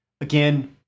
again